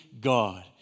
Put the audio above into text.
God